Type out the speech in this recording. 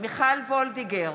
מיכל וולדיגר,